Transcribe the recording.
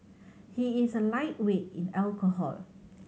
he is a lightweight in alcohol